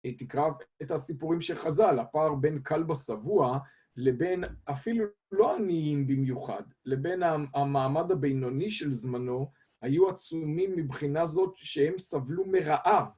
תקרא את הסיפורים של חז"ל, הפער בין כלבא שבוע לבין אפילו לא עניים במיוחד, לבין המעמד הבינוני של זמנו היו עצומים מבחינה זאת שהם סבלו מרעב.